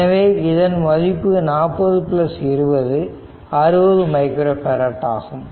எனவே இதன் மதிப்பு 40 20 60 மைக்ரோ பேரட் ஆகும்